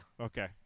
Okay